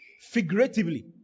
figuratively